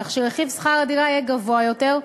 כך שרכיב שכר הדירה יהיה גבוה יותר,